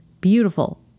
beautiful